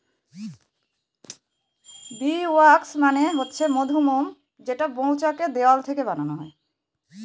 bee wax মানে হচ্ছে মধুমোম যেটা মৌচাক এর দেওয়াল থেকে বানানো হয়